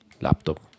laptop